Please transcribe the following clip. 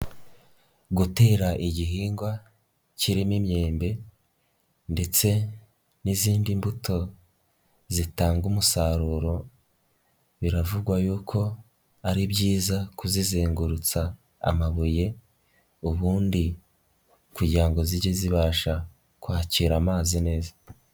Gutera igihingwa kirimo imyembe ndetse n'izindi mbuto zitanga umusaruro, biravugwa yuko ari byiza kuzizengurutsa amabuye ubundi kugira ngo zijye zibasha kwakira amazi neza.